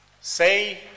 Say